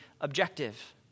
objective